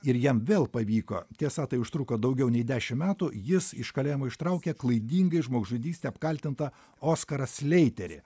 ir jam vėl pavyko tiesa tai užtruko daugiau nei dešim metų jis iš kalėjimo ištraukė klaidingai žmogžudyste apkaltintą oskarą sleiterį